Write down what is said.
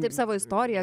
taip savo istoriją